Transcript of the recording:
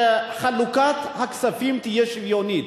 שחלוקת הכספים תהיה שוויונית.